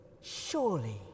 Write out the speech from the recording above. Surely